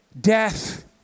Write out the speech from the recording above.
death